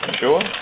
Sure